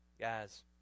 Guys